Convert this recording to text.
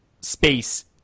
space